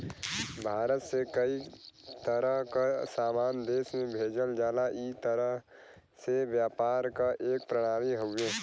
भारत से कई तरह क सामान देश में भेजल जाला ई एक तरह से व्यापार क एक प्रणाली हउवे